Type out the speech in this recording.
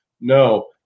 No